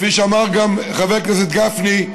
כפי שאמר גם חבר הכנסת גפני,